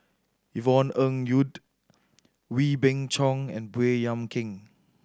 Yvonne Ng Uhde Wee Beng Chong and Baey Yam Keng